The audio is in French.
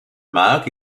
marque